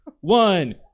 one